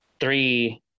three